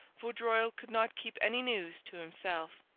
vaudreuil could not keep any news to himself.